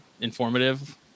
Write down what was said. informative